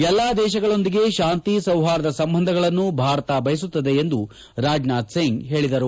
ಎಲ್ಲ ದೇಶಗಳೊಂದಿಗೆ ಶಾಂತಿ ಸೌಪಾರ್ದ ಸಂಬಂಧಗಳನ್ನು ಭಾರತ ಬಯಸುತ್ತದೆ ಎಂದು ರಾಜನಾಥ್ ಸಿಂಗ್ ತಿಳಿಸಿದ್ದಾರೆ